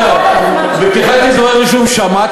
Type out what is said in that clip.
חבל